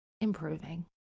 improving